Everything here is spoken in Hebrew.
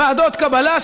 ועדות קבלה,